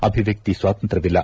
ಅಭಿವ್ವಕ್ತಿ ಸ್ವಾತಂತ್ರ್ಯವಿಲ್ಲ